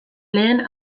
lehen